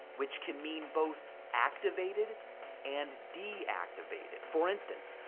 which can mean both activated and de-activated. for instance,